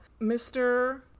Mr